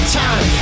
time